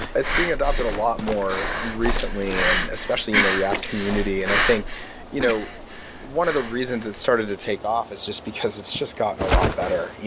it's being adopted a lot more recently, and especially in the react community. and i think you know one of the reasons it started to take off is just because it's gotten a lot better.